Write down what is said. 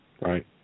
Right